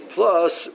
Plus